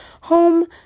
home